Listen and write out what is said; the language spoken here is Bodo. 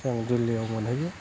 जों दिल्लिआव मोनहैयो